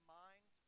mind